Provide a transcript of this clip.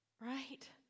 Right